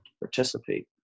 participate